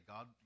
God